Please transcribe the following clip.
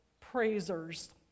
praisers